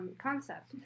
concept